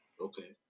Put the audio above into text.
okay